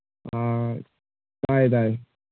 ꯑ ꯇꯥꯏꯌꯦ ꯇꯥꯏꯌꯦ